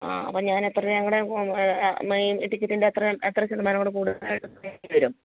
ആ അപ്പ ഞാൻ എത്ര രൂപയും കൂടെ ഈ ടിക്കറ്റിൻ്റെ എത്ര എത്ര ശതമാനം കൂടെ കൂടുതലായിട്ട് തരേണ്ടി വരും